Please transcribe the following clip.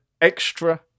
extra